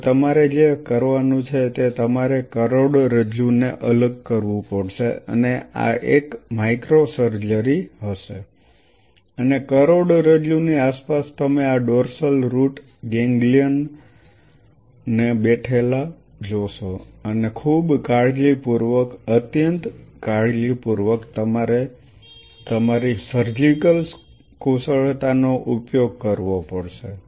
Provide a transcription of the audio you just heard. હવે તમારે જે કરવાનું છે તે તમારે કરોડરજ્જુને અલગ કરવું પડશે અને આ એક માઇક્રો સર્જરી હશે અને કરોડરજ્જુની આસપાસ તમે આ ડોર્સલ રુટ ગેંગલિયન ને બેઠેલા જોશો અને ખૂબ કાળજીપૂર્વક અત્યંત કાળજીપૂર્વક તમારે તમારી સર્જિકલ કુશળતાનો ઉપયોગ કરવો પડશે